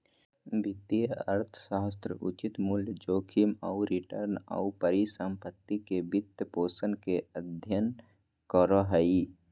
वित्तीय अर्थशास्त्र उचित मूल्य, जोखिम आऊ रिटर्न, आऊ परिसम्पत्ति के वित्तपोषण के अध्ययन करो हइ